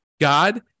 God